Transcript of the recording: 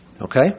Okay